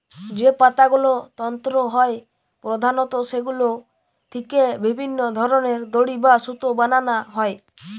যে পাতাগুলো তন্তু হয় প্রধানত সেগুলো থিকে বিভিন্ন ধরনের দড়ি বা সুতো বানানা হয়